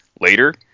later